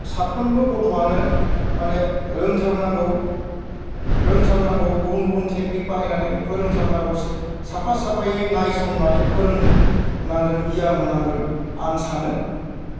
साफ्रोमबो गथ'आनो मानि रोंथारनांगौ रोंथारनांगौ गुबन गुबन टेकनिक बाहायनानै फोरोंथारनांगौ साफा साफायै नायसननानै फोरोंनांगोन गियान होनांगोन आं सानो